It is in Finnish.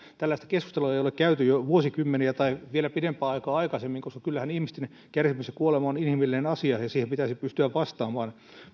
tällaista keskustelua ei ole käyty jo vuosikymmeniä tai vielä pidempää aikaa aikaisemmin koska kyllähän ihmisten kärsimys ja kuolema on inhimillinen asia ja siihen pitäisi pystyä vastaamaan